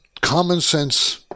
common-sense